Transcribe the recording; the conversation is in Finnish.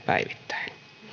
päivittäin